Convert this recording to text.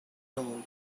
told